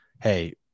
Hey